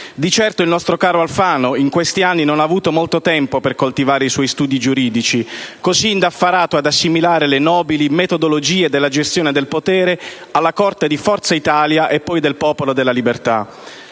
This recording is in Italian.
Di certo il nostro caro Alfano, in questi anni, non ha avuto molto tempo per coltivare i suoi studi giuridici, così indaffarato ad assimilare le nobili metodologie della gestione del potere alla corte di Forza Italia e poi del Popolo della Libertà.